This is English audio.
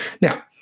Now-